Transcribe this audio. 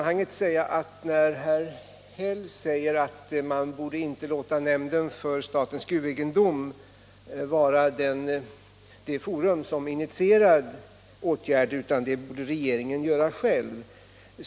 Herr Häll säger att man inte borde låta nämnden för statens gruvegendom vara det forum som initierar åtgärder utan att regeringen borde göra det själv.